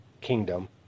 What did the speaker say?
kingdom